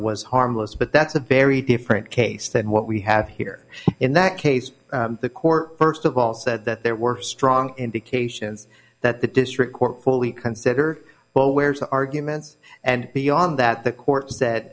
was harmless but that's a very different case than what we have here in that case the court first of all said that there were strong indications that the district court fully consider well where's the arguments and beyond that the court said that